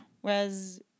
Whereas